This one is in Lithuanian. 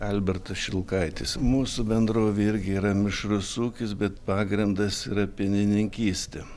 albertas šilkaitis mūsų bendrovė irgi yra mišrus ūkis bet pagrindas yra pienininkystė